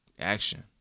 Action